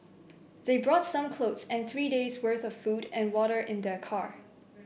they brought some clothes and three days'worth of food and water in their car